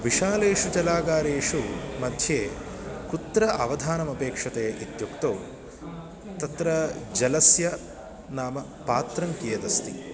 विशालेषु जलागारेषु मध्ये कुत्र अवधानमपेक्ष्यते इत्युक्ते तत्र जलस्य नाम पात्रं कियदस्ति